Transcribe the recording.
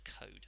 code